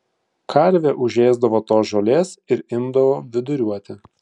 karvė užėsdavo tos žolės ir imdavo viduriuoti